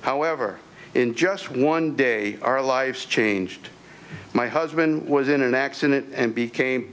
however in just one day our life changed my husband was in an accident and became